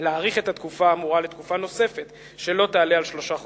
להאריך את התקופה האמורה לתקופה נוספת שלא תעלה על שלושה חודשים.